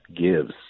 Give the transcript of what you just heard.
gives